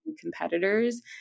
competitors